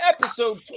episode